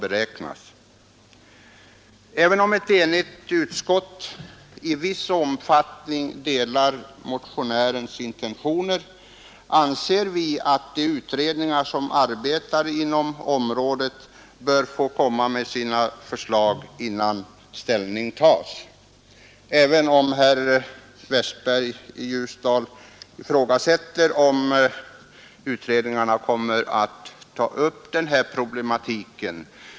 Vid beräkning av ATP-avgifter skall nämligen avdrag göras på arbetstagarens inkomster med ett basbelopp, och om arbe Även om ett enigt utskott i viss omfattning delar motionärens intentioner anser vi att de utredningar som arbetar med dessa frågor bör få komma med sina förslag innan ställning tas. Herr Westberg i Ljusdal ifrågasätter visserligen om utredningarna kommer att ta upp denna problematik.